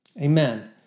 Amen